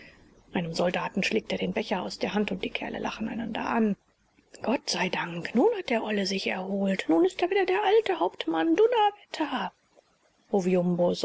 einem soldaten schlägt er den becher aus der hand und die kerle lachen einander an gott sei dank nun hat der olle sich erholt nun ist er wieder der alte hauptmann dunnerwetter